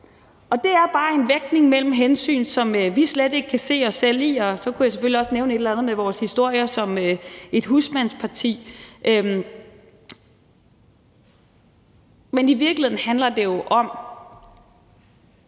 Det er bare en vægtning af hensyn, som vi slet ikke kan se os selv i – og så kunne jeg selvfølgelig også nævne et eller andet med vores historie som et husmandsparti. Men i virkeligheden handler det jo om